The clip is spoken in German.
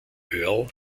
earl